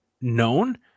known